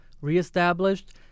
reestablished